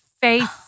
face